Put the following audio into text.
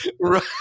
Right